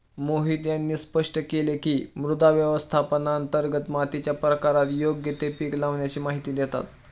मोहित यांनी स्पष्ट केले की, मृदा व्यवस्थापनांतर्गत मातीच्या प्रकारात योग्य ते पीक लावाण्याची माहिती देतात